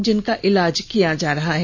जिनका इलाज किया जा रहा है